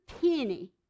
penny